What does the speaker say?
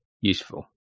useful